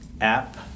app